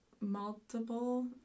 multiple